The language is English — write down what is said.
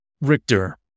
Richter